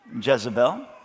Jezebel